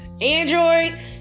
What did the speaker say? Android